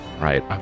Right